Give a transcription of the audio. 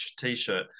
t-shirt